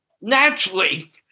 Naturally